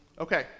Okay